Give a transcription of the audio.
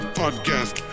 podcast